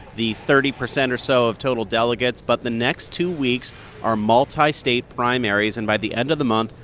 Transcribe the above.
the thirty percent or so of total delegates. but the next two weeks are multistate primaries. and by the end of the month,